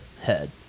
head